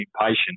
impatient